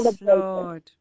Lord